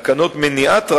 ותקנות למניעת מפגעים (מניעת